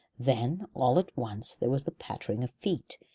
then all at once there was the pattering of feet,